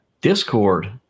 Discord